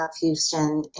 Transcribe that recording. Houston